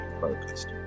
focused